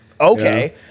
okay